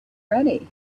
ready